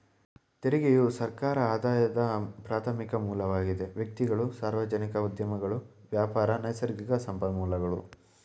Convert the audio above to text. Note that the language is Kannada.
ತೆರಿಗೆಯು ಸರ್ಕಾರ ಆದಾಯದ ಪ್ರಾರ್ಥಮಿಕ ಮೂಲವಾಗಿದೆ ವ್ಯಕ್ತಿಗಳು, ಸಾರ್ವಜನಿಕ ಉದ್ಯಮಗಳು ವ್ಯಾಪಾರ, ನೈಸರ್ಗಿಕ ಸಂಪನ್ಮೂಲಗಳು